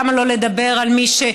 למה לא לדבר על המעסיק?